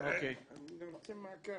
אז אנחנו רוצים מעקב.